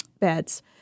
beds